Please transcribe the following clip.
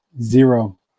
Zero